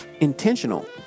intentional